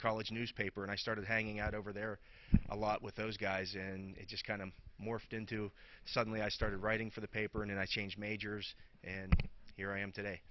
college newspaper and i started hanging out over there a lot with those guys and just kind of morphed into suddenly i started writing for the paper and i changed majors and here i am today